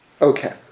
Okay